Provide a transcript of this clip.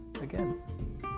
again